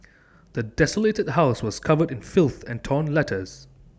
the desolated house was covered in filth and torn letters